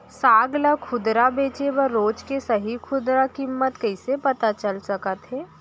साग ला खुदरा बेचे बर रोज के सही खुदरा किम्मत कइसे पता चल सकत हे?